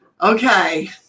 Okay